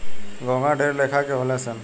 घोंघा ढेरे लेखा के होले सन